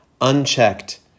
unchecked